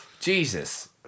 Jesus